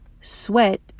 sweat